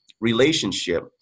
relationship